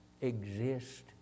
exist